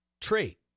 trait